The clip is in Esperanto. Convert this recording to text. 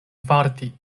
farti